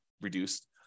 reduced